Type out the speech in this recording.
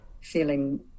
feeling